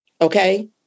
okay